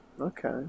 Okay